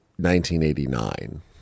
1989